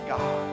God